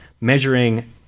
measuring